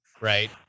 right